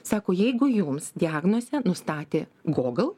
sako jeigu jums diagnozę nustatė gogal